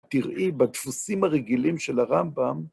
תראי בדפוסים הרגילים של הרמב'ם.